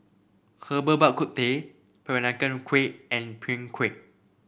Herbal Bak Ku Teh Peranakan Kueh and Png Kueh